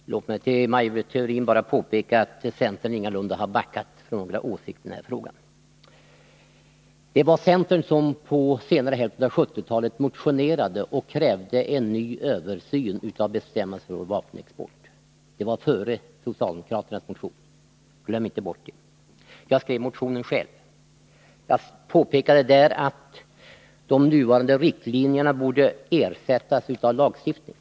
Fru talman! Låt mig för Maj Britt Theorin bara påpeka att centern ingalunda har backat från några åsikter i den här frågan. Det var centern som under senare hälften av 1970-talet motionerade och krävde en ny översyn av bestämmelserna för vapenexport. Det var före socialdemokraternas motion, glöm inte bort det! Jag skrev motionen själv. Jag påpekade där att de nuvarande riktlinjerna borde ersättas av lagstiftning.